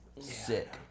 Sick